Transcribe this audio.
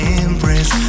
embrace